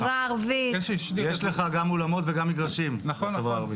יש לך גם אולמות וגם מגרשים בחברה הערבית.